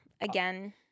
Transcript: again